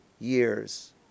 years